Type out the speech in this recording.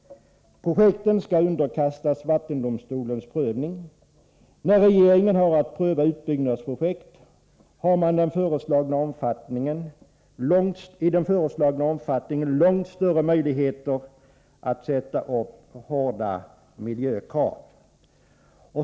Projekten skall underkastas vattendomstolens prövning. När regeringen har att pröva utbyggnadsprojekt har man med den föreslagna omfattningen långt större möjligheter att ställa hårda miljökrav.